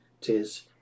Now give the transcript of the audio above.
tis